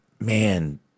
man